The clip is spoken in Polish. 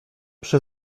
przy